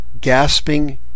gasping